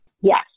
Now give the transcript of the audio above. yes